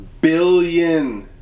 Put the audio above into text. billion